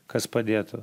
kas padėtų